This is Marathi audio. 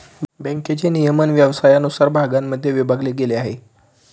बँकेचे नियमन व्यवसायानुसार भागांमध्ये विभागले गेले आहे